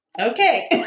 Okay